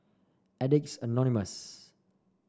Addicts Anonymous